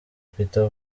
peter